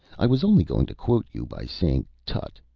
i was only going to quote you by saying tutt!